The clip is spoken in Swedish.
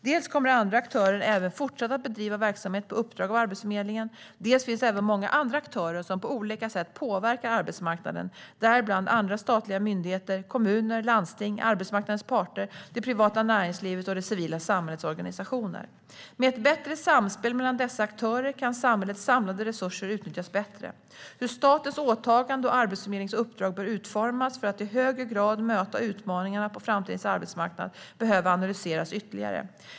Dels kommer andra aktörer även fortsatt att bedriva verksamhet på uppdrag av Arbetsförmedlingen, dels finns även många andra aktörer som på olika sätt påverkar arbetsmarknaden, däribland andra statliga myndigheter, kommuner, landsting, arbetsmarknadens parter, det privata näringslivet och det civila samhällets organisationer. Med ett bättre samspel mellan dessa aktörer kan samhällets samlade resurser utnyttjas bättre. Hur statens åtagande och Arbetsförmedlingens uppdrag bör utformas för att i högre grad möta utmaningarna på framtidens arbetsmarknad behöver analyseras ytterligare.